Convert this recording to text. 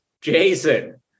Jason